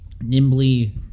nimbly